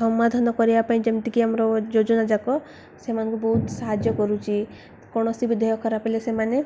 ସମାଧାନ କରିବା ପାଇଁ ଯେମିତିକି ଆମର ଯୋଜନା ଯାକ ସେମାନଙ୍କୁ ବହୁତ ସାହାଯ୍ୟ କରୁଛି କୌଣସି ବି ଦେହ ଖରାପ ହେଲେ ସେମାନେ